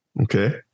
Okay